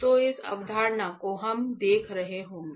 तो इस अवधारणा को हम देख रहे होंगे